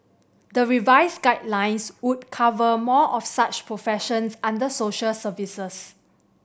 the revised guidelines would cover more of such professions under social services